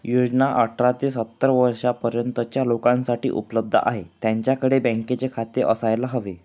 योजना अठरा ते सत्तर वर्षा पर्यंतच्या लोकांसाठी उपलब्ध आहे, त्यांच्याकडे बँकेचे खाते असायला हवे